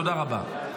תודה רבה.